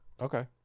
Okay